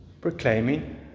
proclaiming